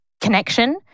connection